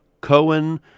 Cohen